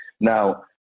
Now